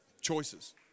Choices